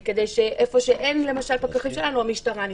כדי שבמקום שאין פקחים שלנו המשטרה נכנסת.